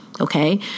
Okay